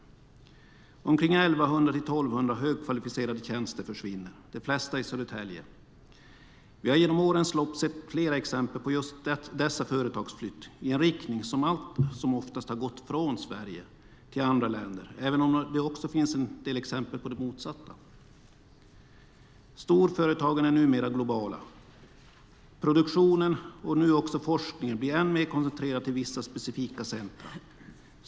1 100-1 200 högkvalificerade tjänster försvinner, de flesta i Södertälje. Vi har genom årens lopp sett flera exempel på sådana företagsflyttar i en riktning som allt som oftast gått från Sverige till andra länder, även om det också finns en del exempel på det motsatta. Storföretagen är numera globala. Produktionen och nu också forskningen blir än mer koncentrerade till vissa specifika centrum.